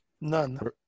None